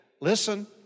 Listen